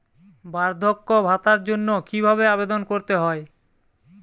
বার্ধক্য ভাতার জন্য কিভাবে আবেদন করতে হয়?